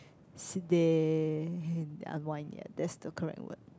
sit there and unwind that's the correct one